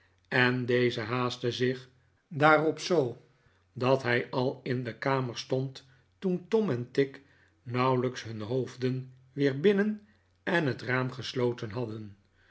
en deze haastte zich daaropoo dat hij al in de kamer stond toen tom en tigg nauwelijks nun hoofden weer binnen en het raam gesloten hadden